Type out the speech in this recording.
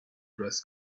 dress